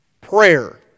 Prayer